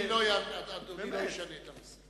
אדוני לא ישנה את הנושא.